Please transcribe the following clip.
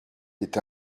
est